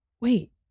wait